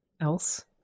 else